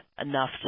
enough